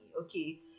okay